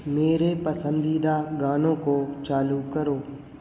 मेरे पसंदीदा गानों को चालू करो